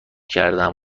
کردم